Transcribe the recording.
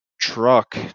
truck